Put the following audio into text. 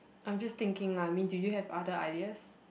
I'm just thinking lah I mean do you have other ideas